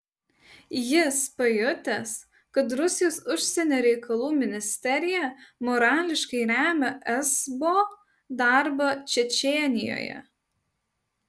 jis pajutęs kad rusijos užsienio reikalų ministerija morališkai remia esbo darbą čečėnijoje